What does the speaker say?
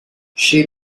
she